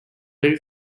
very